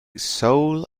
soul